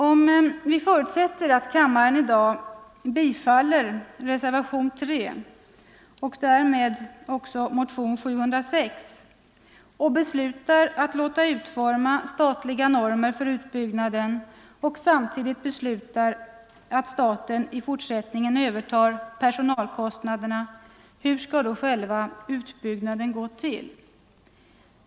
Om vi förutsätter att kammaren i dag bifaller reservationen 3 och därmed också motionen 706 och beslutar att låta utforma statliga normer för utbyggnaden och samtidigt beslutar att staten i fortsättningen övertar personalkostnaderna, hur skall då själva utbyggnaden gå till?